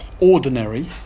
Ordinary